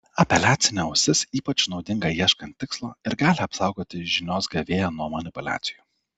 apeliacinė ausis ypač naudinga ieškant tikslo ir gali apsaugoti žinios gavėją nuo manipuliacijų